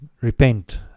repent